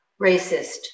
racist